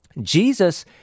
Jesus